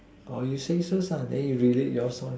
or you say first lah then you relate yours lor